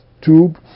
tube